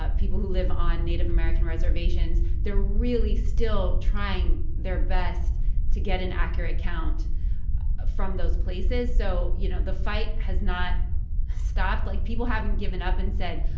people who live on native american reservations they're really still trying their best to get an accurate count from those places. so, you know, the fight has not stopped. like, people haven't given up and said,